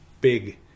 big